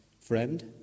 friend